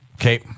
Okay